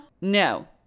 no